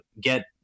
get